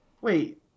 Wait